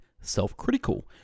self-critical